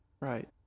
right